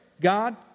God